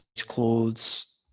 clothes